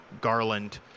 Garland